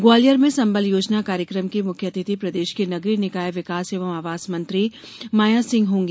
ग्वालियर में संबल योजना कार्यक्रम की मुख्य अतिथि प्रदेश की नगरीय विकास एवं आवास मंत्री माया सिंह होंगी